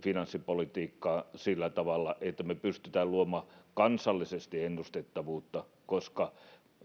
finanssipolitiikkaa sillä tavalla että me pystymme luomaan kansallisesti ennustettavuutta koska